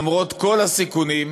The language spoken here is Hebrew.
למרות כל הסיכונים,